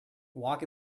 walk